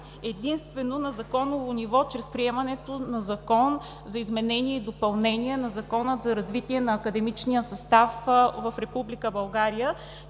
единствено на законово ниво чрез приемането на Закон за изменение и допълнение на Закона за развитие на академичния състав в Република България,